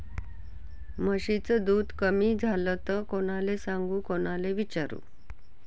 म्हशीचं दूध कमी झालं त कोनाले सांगू कोनाले विचारू?